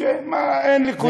שאין ליכודניקים.